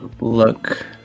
look